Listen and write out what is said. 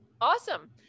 Awesome